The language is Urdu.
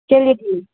چلیے تو